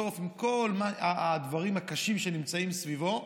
עם כל הדברים הקשים שנמצאים סביבו,